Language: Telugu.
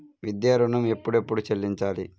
విద్యా ఋణం ఎప్పుడెప్పుడు చెల్లించాలి?